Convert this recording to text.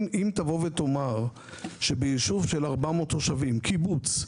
אם תבוא ותאמר שביישוב של 400 תושבים, קיבוץ,